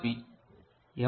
B M